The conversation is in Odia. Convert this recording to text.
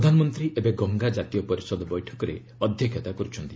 ପ୍ରଧାନମନ୍ତ୍ରୀ ଏବେ ଗଙ୍ଗା ଜାତୀୟ ପରିଷଦ ବୈଠକରେ ଅଧ୍ୟକ୍ଷତା କରୁଛନ୍ତି